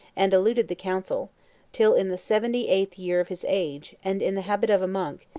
and eluded the council till, in the seventy-eighth year of his age, and in the habit of a monk,